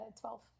Twelve